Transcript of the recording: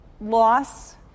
loss